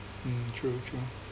mm true true